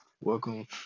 welcome